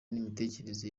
n’imitekerereze